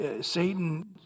Satan